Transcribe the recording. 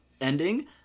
ending